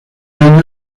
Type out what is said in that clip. año